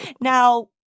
now